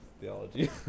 Theology